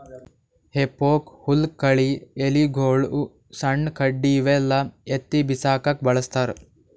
ಹೆಫೋಕ್ ಹುಲ್ಲ್ ಕಳಿ ಎಲಿಗೊಳು ಸಣ್ಣ್ ಕಡ್ಡಿ ಇವೆಲ್ಲಾ ಎತ್ತಿ ಬಿಸಾಕಕ್ಕ್ ಬಳಸ್ತಾರ್